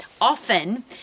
often